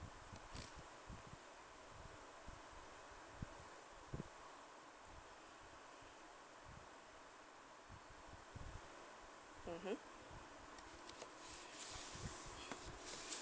mmhmm